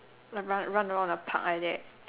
like run run around the park like that